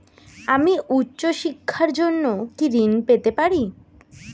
আমি উচ্চশিক্ষার জন্য কি ঋণ পেতে পারি?